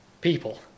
people